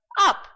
up